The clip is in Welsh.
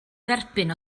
dderbyn